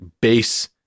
base